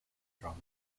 dramas